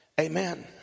Amen